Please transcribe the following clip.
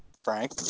Frank